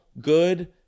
good